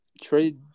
trade –